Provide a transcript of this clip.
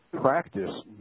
practice